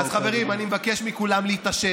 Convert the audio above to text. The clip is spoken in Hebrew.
אז חברים, אני מבקש מכולם להתעשת,